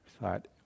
thought